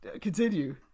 Continue